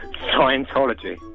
Scientology